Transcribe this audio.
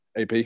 AP